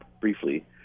briefly